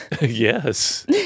yes